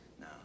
No